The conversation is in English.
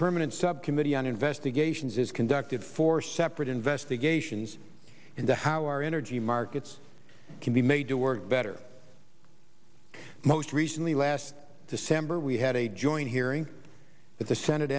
permanent subcommittee on investigations is conducted four separate investigations into how our energy markets can be made to work better most recently last december we had a joint hearing with the senate